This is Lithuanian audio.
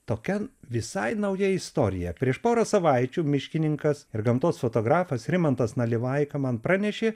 tokia visai nauja istorija prieš porą savaičių miškininkas ir gamtos fotografas rimantas nalivaika man pranešė